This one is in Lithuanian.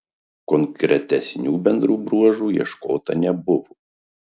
konkretesnių bendrų bruožų ieškota nebuvo